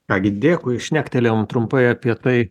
ką gi dėkui šnektelėjom trumpai apie tai